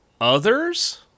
Others